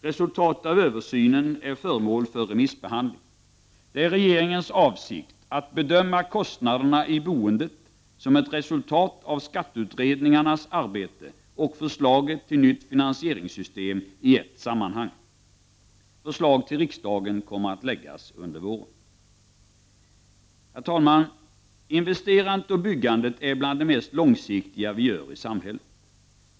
Resultatet av översynen är föremål för remissbehandling. Det är regeringens avsikt att i ett sammanhang bedöma kostnaderna i boendet som ett resultat av skatteutredningarnas arbete och förslaget till nytt finansieringssystem. Förslag till riksdagen kommer att läggas fram under våren. Herr talman! Investerandet och byggandet är bland det mest långsiktiga vi gör i samhället.